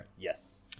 Yes